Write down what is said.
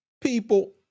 people